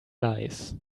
lies